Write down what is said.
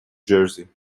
jersey